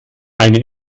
eine